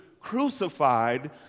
crucified